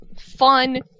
fun